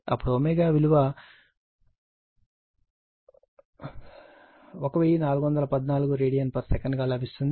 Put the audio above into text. అప్పుడు ω విలువ 1414 రేడియన్ సెకనుగా లభిస్తుంది